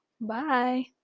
bye